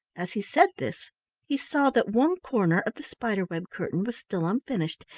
as he said this he saw that one corner of the spider-web curtain was still unfinished,